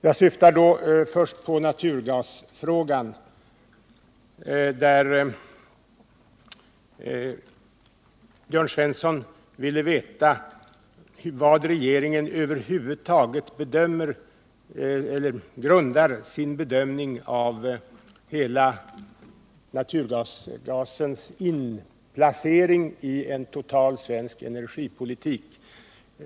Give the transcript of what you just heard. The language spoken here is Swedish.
Jag syftar då först på naturgasfrågan, där Jörn Svensson ville veta vad regeringen över huvud taget grundar sin bedömning på när det gäller naturgasens inplacering i en total svensk energipolitik.